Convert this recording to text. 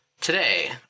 Today